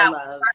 love